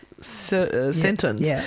sentence